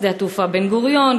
לשדה התעופה בן-גוריון,